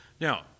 Now